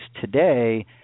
today